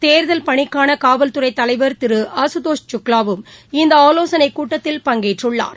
தேர்தல் பணிக்கானகாவல்துறைதலைவர் திருஅசுதோஷ் சுக்லாவும் இந்தஆலோசனைக் கூட்டத்தில் பங்கேற்றுள்ளார்